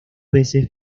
veces